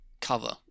cover